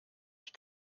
ich